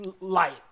light